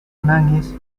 menangis